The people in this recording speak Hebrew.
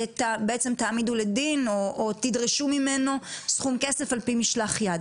תעמידו לדין או תדרשו ממנו סכום כסף על-פי משלח יד,